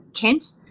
Kent